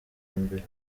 mbere